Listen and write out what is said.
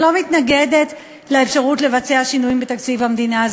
אני לא מתנגדת לאפשרות לבצע שינויים בתקציב המדינה.